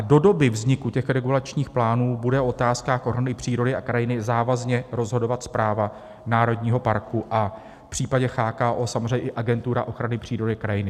Do doby vzniku těch regulačních plánů bude o otázkách ochrany přírody a krajiny závazně rozhodovat správa národního parku a v případě CHKO samozřejmě i Agentura ochrany přírody a krajiny.